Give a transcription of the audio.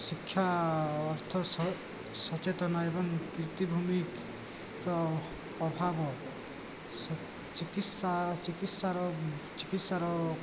ଶିକ୍ଷା ଅର୍ଥ ସଚେତନ ଏବଂ ଭିତ୍ତିଭୂମିର ଅଭାବ ଚିକିତ୍ସା ଚିକିତ୍ସାର ଚିକିତ୍ସାର